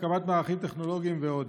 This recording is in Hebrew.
הקמת מערכים טכנולוגיים ועוד.